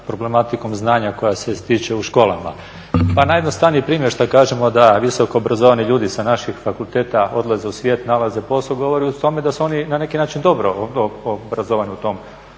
problematikom znanja koja se stiče u školama. Pa najjednostavniji primjer šta kažemo da visoko obrazovani ljudi sa naših fakulteta odlaze u svijet, nalaze posao govori o tome da se oni na neki način dobro obrazovani u tom